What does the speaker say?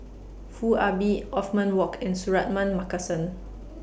Foo Ah Bee Othman Wok and Suratman Markasan